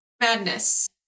madness